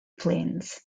planes